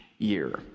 Year